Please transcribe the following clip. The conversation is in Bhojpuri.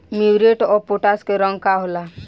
म्यूरेट ऑफ पोटाश के रंग का होला?